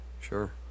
sure